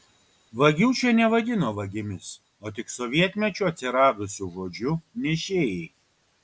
vagių čia nevadino vagimis o tik sovietmečiu atsiradusiu žodžiu nešėjai